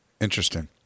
Interesting